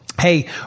hey